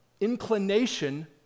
inclination